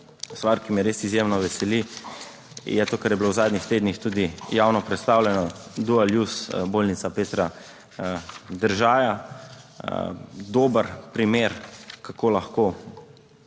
stvar, ki me res izjemno veseli, je to, kar je bilo v zadnjih tednih tudi javno predstavljeno, / nerazumljivo/ Bolnica Petra Držaja dober primer, kako lahko